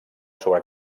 sobre